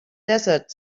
desert